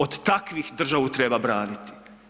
Od takvih državu treba braniti.